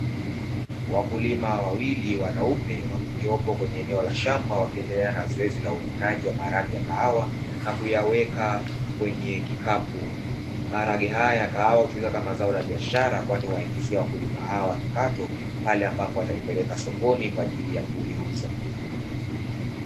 Wakulima wawili wanaume waliopo kwenye eneo la shamba, wakiendelea na zoezi la uvunaji wa maharage ya kahawa na kuyaweka kwenye kikapu, maharage haya kahawa hutumika kama zao la biashara kwani uwaingizia wakulima hawa kipato pale ambapo watalipeleka sokoni kwa ajili ya kuliuza.